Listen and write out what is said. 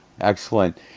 Excellent